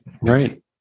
right